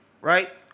right